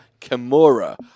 Kimura